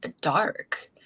dark